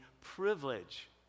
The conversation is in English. privilege